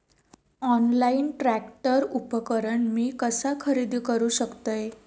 Online tractor उपकरण मी कसा खरेदी करू शकतय?